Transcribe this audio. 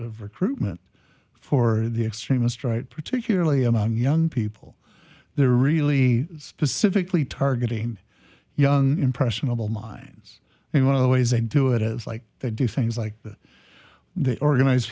of recruitment for the extremist right particularly among young people they're really specifically targeting young impressionable minds and one of the ways they do it is like they do things like that they organize